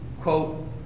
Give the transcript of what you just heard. quote